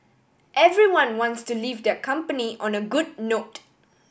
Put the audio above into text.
everyone wants to leave their company on a good note